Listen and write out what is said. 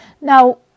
Now